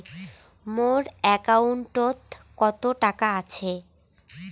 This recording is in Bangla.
মোর একাউন্টত কত টাকা আছে?